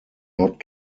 not